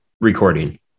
recording